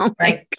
Right